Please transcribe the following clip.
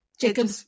jacob